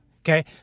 Okay